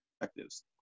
objectives